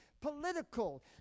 political